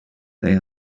they